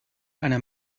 einer